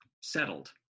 settled